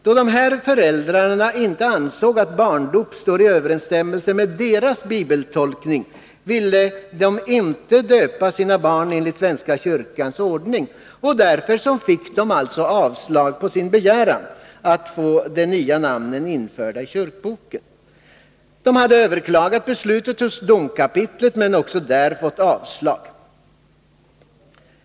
Då de här föräldrarna inte ansåg att barndop står i överensstämmelse med deras bibeltolkning ville de icke döpa sina barn enligt svenska kyrkans ordning, och därför fick de avslag på sin begäran att få nya förnamn införda i kyrkboken. De hade överklagat beslutet hos domkapitlet men också där fått avslag.